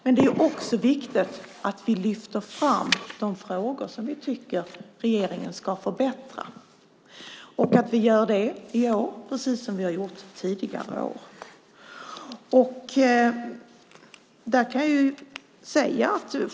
Men det är också viktigt att vi lyfter fram de frågor som vi tycker att regeringen ska förbättra och att vi gör det precis som vi har gjort tidigare år.